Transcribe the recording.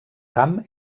camp